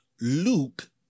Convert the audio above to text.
Luke